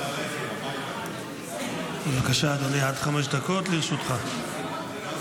כמה צביעות ביצור אחד.